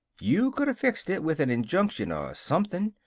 you could have fixed it with an injunction or something.